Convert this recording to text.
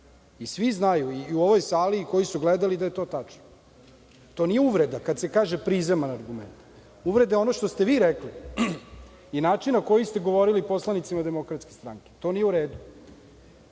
i svi znaju, i u ovoj sali i koji su gledali da je to tačno. To nije uvreda kada se kaže prizeman argument. Uvreda je ono što ste vi rekli i način na koji ste govorili poslanicima Demokratske stranke. To nije u redu.